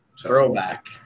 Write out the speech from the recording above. Throwback